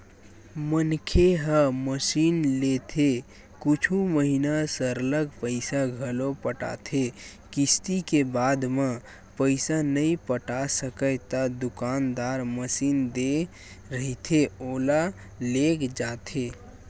मनखे ह मसीनलेथे कुछु महिना सरलग पइसा घलो पटाथे किस्ती के बाद म पइसा नइ पटा सकय ता दुकानदार मसीन दे रहिथे ओला लेग जाथे